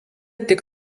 tik